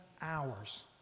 hours